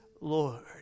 Lord